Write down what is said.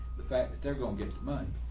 the fact that they're going to get mine.